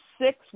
six